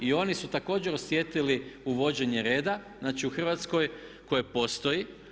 I oni su također osjetili uvođenje reda u Hrvatskoj koje postoji.